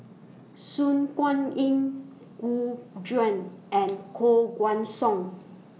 Su Guaning Gu Juan and Koh Guan Song